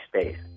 space